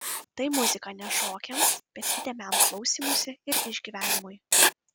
tai muzika ne šokiams bet įdėmiam klausymuisi ir išgyvenimui